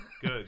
Good